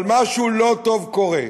אבל משהו לא טוב קורה.